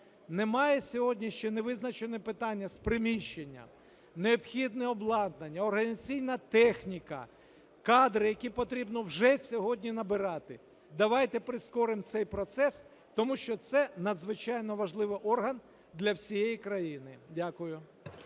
Немає сьогодні, ще не визначено питання з приміщенням, необхідне обладнання, організаційна техніка, кадри, які потрібно вже сьогодні набирати. Давайте прискоримо цей процес. Тому що це надзвичайно важливий орган для всієї країни. Дякую.